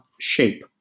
shape